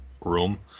room